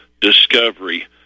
discovery